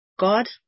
God